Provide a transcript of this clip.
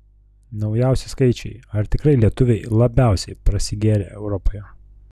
naujausi skaičiai ar tikrai lietuviai labiausiai prasigėrę europoje